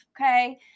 okay